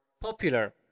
popular